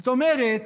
זאת אומרת,